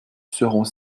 seront